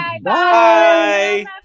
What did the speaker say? Bye